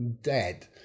dead